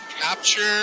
capture